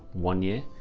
one year.